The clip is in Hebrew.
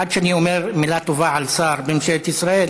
עד שאני אומר מילה טובה על שר בממשלת ישראל